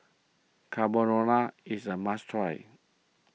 Carbonara is a must try